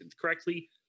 correctly